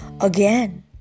Again